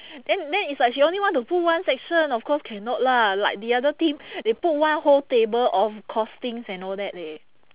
then then it's like she only want to put one section of course cannot lah like the other team they put one whole table of costings and all that leh